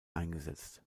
eingesetzt